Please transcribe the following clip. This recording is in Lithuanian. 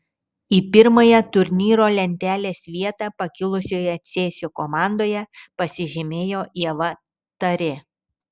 į pirmąją turnyro lentelės vietą pakilusioje cėsių komandoje pasižymėjo ieva tarė